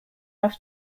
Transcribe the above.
have